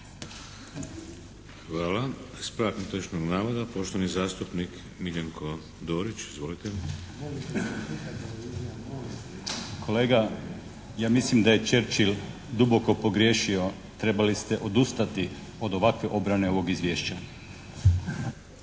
Hvala. Ispravak netočnog navoda poštovani zastupnik Miljenko Dorić. Izvolite. **Dorić, Miljenko (HNS)** Kolega ja mislim da je Churchil duboko pogriješio. Trebali ste odustati od ovakve obrane ovog izvješća.